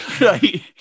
right